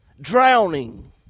drowning